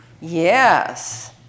Yes